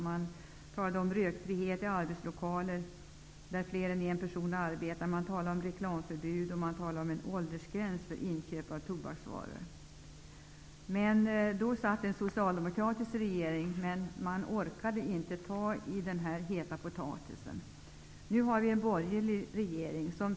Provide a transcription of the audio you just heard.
Man talade om rökfrihet i arbetslokaler där fler än en person arbetar, om reklamförbud och om en åldersgräns för inköp av tobaksvaror. Men den dåvarande socialdemokratiska regeringen orkade inte ta i den här heta potatisen. Nu har vi en borgerlig regering.